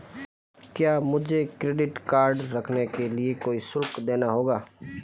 क्या मुझे credit card रखने के लिए कोई शुल्क देना होगा?